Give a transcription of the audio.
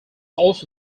also